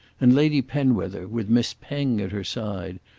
and lady penwether, with miss penge at her side,